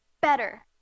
better